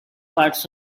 parts